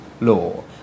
law